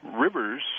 rivers